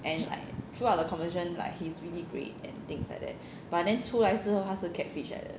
and like throughout the conversation like he's really great and things like that but then 出来之后他是 catfish 来的